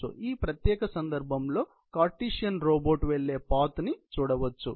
ఈ ప్రత్యేక సందర్భంలో కార్టీసియన్ రోబోట్ వెళ్లే పాత్ ని చూడవచ్చు